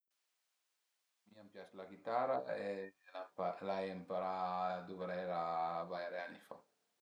A mi a m'pias la ghitara e l'ai ëmparà a duvrela vaire ani fa